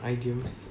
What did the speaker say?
idioms